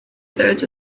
thirds